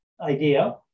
idea